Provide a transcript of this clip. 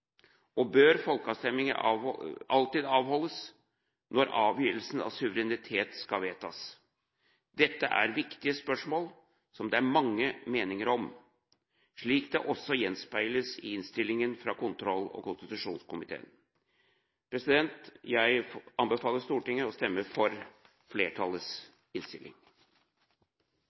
Og: Bør folkeavstemninger alltid avholdes når avgivelse av suverenitet skal vedtas? Dette er viktige spørsmål som det er mange meninger om, slik det også gjenspeiles i innstillingen fra kontroll- og konstitusjonskomiteen. Jeg anbefaler Stortinget å stemme for flertallets innstilling.